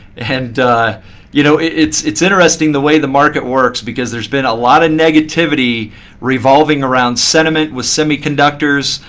and you know it's it's interesting the way the market works because there's been a lot of negativity revolving around sentiment with semiconductors,